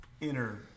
inner